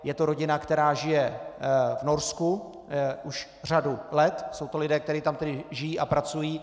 Je to rodina, která žije v Norsku už řadu let, jsou to lidé, kteří tam žijí a pracují.